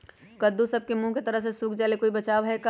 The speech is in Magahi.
कददु सब के मुँह के तरह से सुख जाले कोई बचाव है का?